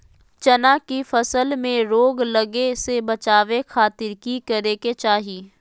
चना की फसल में रोग लगे से बचावे खातिर की करे के चाही?